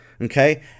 Okay